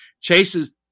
chases